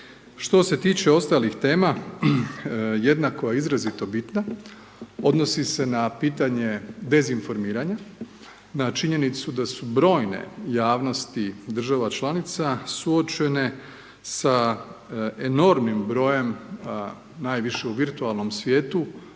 Što se tiče ostalih tema, jedna koja je izrazito bitna, odnosi se na pitanje dezinformiranja, na činjenicu da su brojne javnosti država članica suočene sa enormnim brojem, najviše u virtualnih svijetu,